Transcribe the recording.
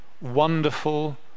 wonderful